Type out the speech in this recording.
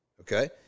okay